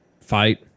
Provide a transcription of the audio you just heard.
fight